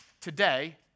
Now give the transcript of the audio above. today